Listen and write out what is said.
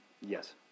Yes